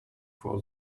for